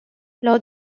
lors